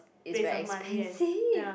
it's very expensive